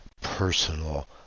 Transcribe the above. personal